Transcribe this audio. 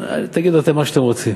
תגידו אתם מה שאתם רוצים,